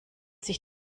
sich